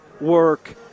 work